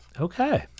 okay